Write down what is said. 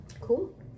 Cool